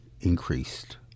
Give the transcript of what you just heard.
increased